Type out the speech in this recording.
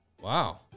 Wow